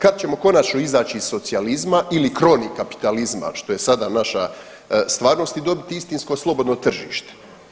Kad ćemo konačno izaći iz socijalizma ili crony kapitalizma što je sada naša stvarnost i dobiti istinsko slobodno tržište.